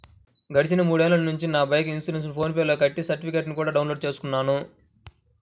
గడిచిన మూడేళ్ళ నుంచి నా బైకు ఇన్సురెన్సుని ఫోన్ పే లో కట్టి సర్టిఫికెట్టుని కూడా డౌన్ లోడు చేసుకుంటున్నాను